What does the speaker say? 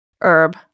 herb